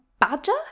badger